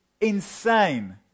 insane